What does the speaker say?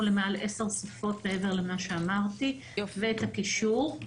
למעלה 10 שפות מעבר למה שאמרתי ואת הקישור.